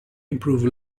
improve